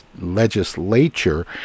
legislature